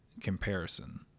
comparison